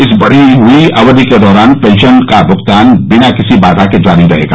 इस बढी हुई अवधि के दौरान पेंशन का भुगतान बिना किसी बाधा के जारी रहेगा